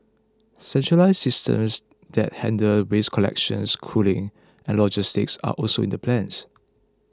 centralised systems that handle waste collection cooling and logistics are also in the plans